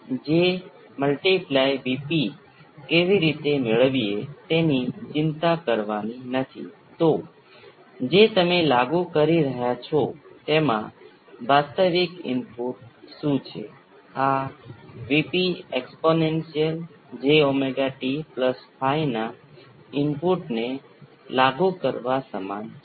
હવે આપણે આ પણ લખી શકીએ છીએ જેમ તમે જાણો છો અને ક્યારે તે આના જેવું સામાન્ય છે અહીં આ શબ્દ 2 zeta ω n છે અને આ શબ્દ અહીં ω n નો વર્ગ છે